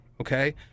okay